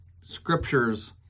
scriptures